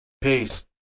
Peace